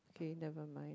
kay never mind